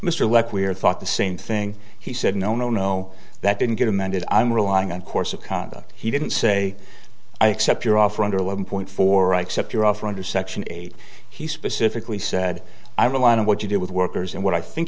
mr leck we're thought the same thing he said no no no that didn't get amended i'm relying on course of conduct he didn't say i accept your offer under a one point four i accept your offer under section eight he specifically said i have a lot of what you do with workers and what i think